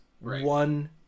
One